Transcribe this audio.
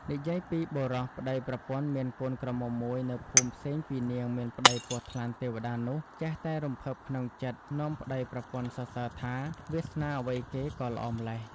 និយាយពីបុរសប្ដីប្រពន្ធ មានកូនក្រមុំមួយនៅ ភូមិផ្សេងពីនាងមានប្ដីពស់ថ្លាន់ ទេវតានោះចេះតែរំភើបក្នុងចិត្ដ នាំប្ដីប្រពន្ធសរសើរថា “វាសនាអ្វីគេក៏ល្អម្លេះ